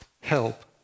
help